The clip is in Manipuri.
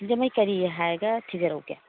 ꯁꯤꯡꯖꯃꯩ ꯀꯔꯤ ꯍꯥꯏꯔꯒ ꯊꯤꯖꯔꯛꯎꯒꯦ